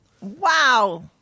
wow